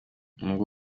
n’ubwo